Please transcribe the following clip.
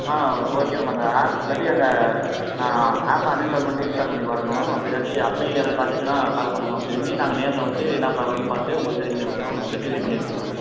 ஆ okay ma'am அந்த app இல்லாட்டி அந்த ஆ ஆப்பை அன்இன்ஸ்டால் பண்ணிட்டு இன்ஸ்டால் பண்ணி பாருங்க மேம் அப்டி இல்லாட்டி அப்போயும் எரர் காட்டுச்சுனா கால் பண்ணுங்க மேம் திரும்பி நாங்கள் நேரில் வந்து என்ன ப்ராப்ளம்னு பார்த்து உங்களுக்கு சரி பண்ணி கொடுத்துருவோம் மேம் ரெக்டிஃபை பண்ணிருவோம் மேம்